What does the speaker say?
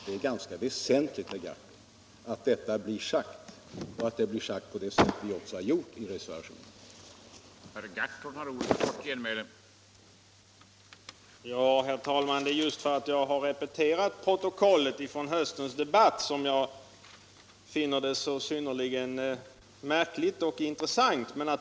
Det är väsentligt, herr Gahrton, att detta blir sagt och att det blir sagt på det sätt som skett i reservationen.